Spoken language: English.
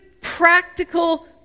practical